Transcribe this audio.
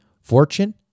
fortune